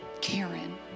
Karen